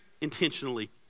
intentionally